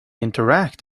interact